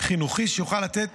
חינוכי שיוכל לתת